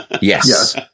yes